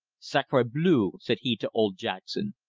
sacre bleu! said he to old jackson.